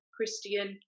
Christian